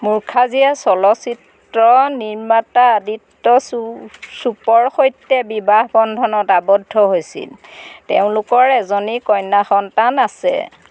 মুখাৰ্জীয়ে চলচ্চিত্ৰ নিৰ্মাতা আদিত্য চোপ্ৰাৰ সৈতে বিবাহ বন্ধনত আবদ্ধ হৈছিল তেওঁলোকৰ এজনী কন্যা সন্তান আছে